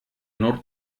nor